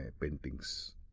paintings